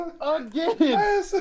Again